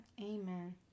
Amen